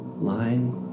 Line